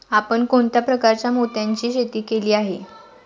आपण कोणत्या प्रकारच्या मोत्यांची शेती केली आहे?